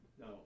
No